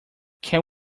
can